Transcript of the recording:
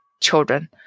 children